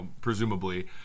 presumably